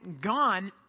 gone